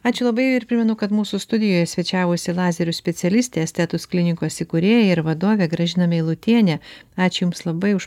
ačiū labai ir primenu kad mūsų studijoje svečiavosi lazerių specialistė estetus klinikos įkūrėja ir vadovė gražina meilutienė ačiū jums labai už